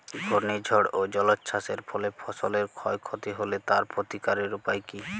ঘূর্ণিঝড় ও জলোচ্ছ্বাস এর ফলে ফসলের ক্ষয় ক্ষতি হলে তার প্রতিকারের উপায় কী?